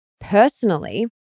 personally